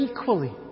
equally